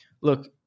Look